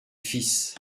fils